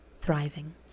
thriving